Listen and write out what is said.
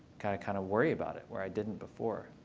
kind of kind of worry about it, where i didn't before.